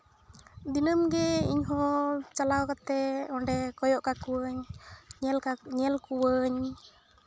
ᱫᱤᱱᱟᱹᱢ ᱜᱮ ᱤᱧᱦᱚᱸ ᱪᱟᱞᱟᱣ ᱠᱟᱛᱮᱜ ᱚᱸᱰᱮ ᱠᱚᱭᱚᱜ ᱠᱟᱠᱚᱣᱟᱧ ᱧᱮᱞ ᱠᱚᱣᱟᱧ